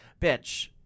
bitch